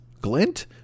glint